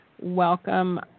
welcome